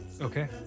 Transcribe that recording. Okay